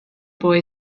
boy